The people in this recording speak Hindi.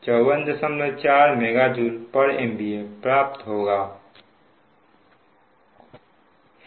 तो यह 54 4 MJMVA प्राप्त होता है